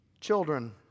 Children